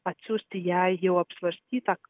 atsiųsti jei jau apsvarstyta